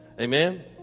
Amen